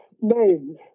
names